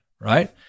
right